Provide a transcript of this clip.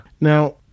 now